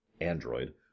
android